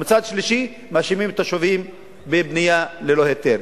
ומצד שלישי מאשימים את התושבים בבנייה ללא היתר.